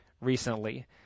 recently